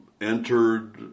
entered